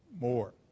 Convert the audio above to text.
more